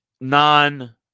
non-